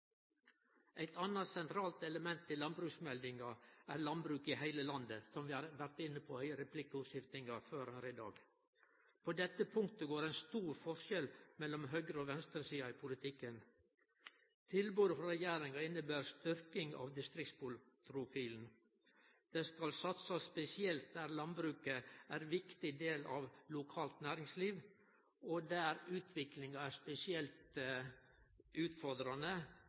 Eit anna sentralt element i landbruksmeldinga er landbruk i heile landet, som vi har vore inne på i replikkvekslinga før i dag. På dette punktet er det stor forskjell mellom høgre- og venstresida i politikken. Tilbodet frå regjeringa inneber styrking av distriktsprofilen. Det skal satsast spesielt der landbruket er ein viktig del av det lokale næringslivet, og der utviklinga er spesielt utfordrande